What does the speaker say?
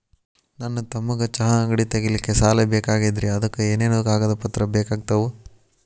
ನನ್ನ ತಮ್ಮಗ ಚಹಾ ಅಂಗಡಿ ತಗಿಲಿಕ್ಕೆ ಸಾಲ ಬೇಕಾಗೆದ್ರಿ ಅದಕ ಏನೇನು ಕಾಗದ ಪತ್ರ ಬೇಕಾಗ್ತವು?